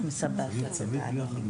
בבקשה.